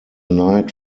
night